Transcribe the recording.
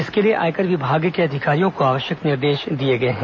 इसके लिए आयकर विभाग के अधिकारियों को आवश्यक निर्देश दिए गए हैं